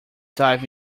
dive